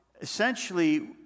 essentially